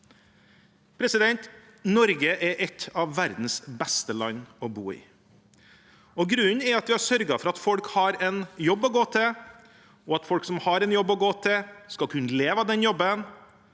Norge er et av verdens beste land å bo i. Grunnen er at vi har sørget for at folk har en jobb å gå til, at folk som har en jobb å gå til, skal kunne leve av den jobben,